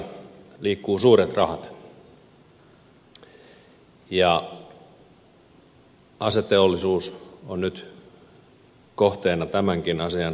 aseteollisuudessa liikkuu suuret rahat ja aseteollisuus on nyt kohteena tämänkin asian takana